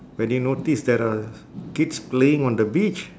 when they notice that uh kids playing on the beach